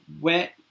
wet